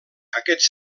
aquests